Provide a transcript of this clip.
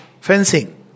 fencing